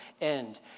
end